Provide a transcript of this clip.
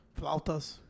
Flautas